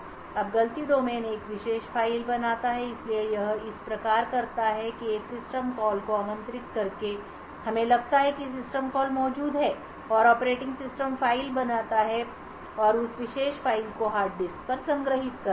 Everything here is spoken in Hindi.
अब गलती डोमेन एक विशेष फ़ाइल बनाता है इसलिए यह इस प्रकार करता है एक सिस्टम कॉल को आमंत्रित करके हमें लगता है कि सिस्टम कॉल मौजूद हैं और फिर ऑपरेटिंग सिस्टम फ़ाइल बनाता है और उस विशेष फ़ाइल को हार्ड डिस्क पर संग्रहीत करता है